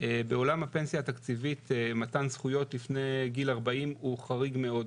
בעולם הפנסיה התקציבית מתן זכויות לפני גיל 40 הוא חריג מאוד.